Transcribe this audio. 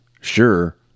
sure